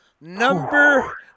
Number